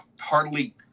hardly